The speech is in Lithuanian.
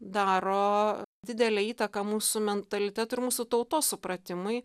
daro didelę įtaką mūsų mentalitetui ir mūsų tautos supratimui